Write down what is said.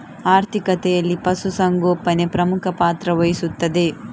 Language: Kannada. ಆರ್ಥಿಕತೆಯಲ್ಲಿ ಪಶು ಸಂಗೋಪನೆ ಪ್ರಮುಖ ಪಾತ್ರ ವಹಿಸುತ್ತದೆ